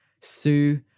Sue